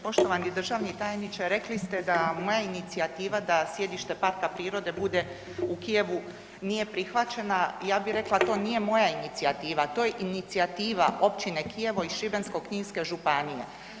Poštovani državni tajniče rekli ste da moja inicijativa da sjedište parka prirode bude u Kijevu nije prihvaćena, ja bi rekla to nije moja inicijativa, to je inicijativa općine Kijevo i Šibensko-Kninske županije.